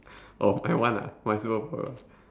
oh my one ah my superpower